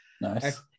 Nice